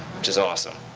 which is awesome.